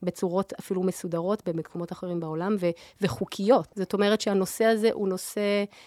בצורות אפילו מסודרות במקומות אחרים בעולם, וחוקיות. זאת אומרת שהנושא הזה הוא נושא...